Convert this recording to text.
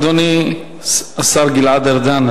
אדוני השר גלעד ארדן,